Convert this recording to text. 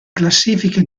classifiche